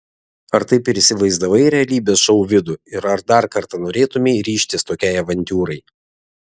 ar taip ir įsivaizdavai realybės šou vidų ir ar dar kartą norėtumei ryžtis tokiai avantiūrai